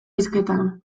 hizketan